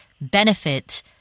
benefit